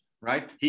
right